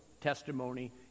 testimony